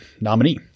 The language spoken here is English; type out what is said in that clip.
nominee